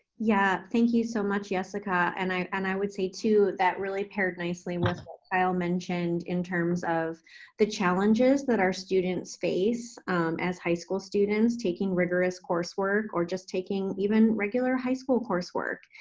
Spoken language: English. yeah, thank you so much, yesica, and i and i would say too, that really paired nicely with what kyle mentioned in terms of the challenges that our students face as high school students, taking rigorous coursework, or just taking even regular high school coursework,